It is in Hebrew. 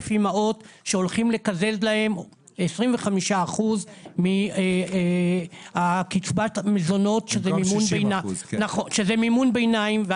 אימהות שהולכים לקזז להן 25% מקצבת מזונות שזה מימון ביניים.